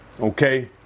okay